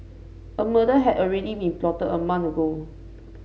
a murder had already been plotted a month ago